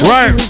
Right